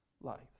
life